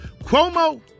cuomo